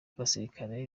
abasirikare